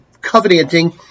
covenanting